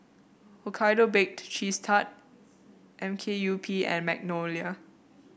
Hokkaido Baked Cheese Tart M K U P and Magnolia